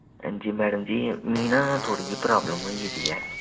हां जी मैडम जी मिगी ना थोह्ड़ी जेही प्रावल्म होई गेदी ऐ